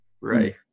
right